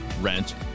rent